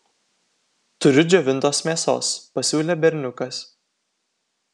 turiu džiovintos mėsos pasiūlė berniukas